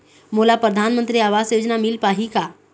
मोला परधानमंतरी आवास योजना मिल पाही का?